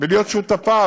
ולהיות שותפה.